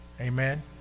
Amen